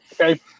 Okay